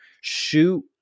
shoot